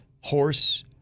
Horse